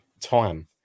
time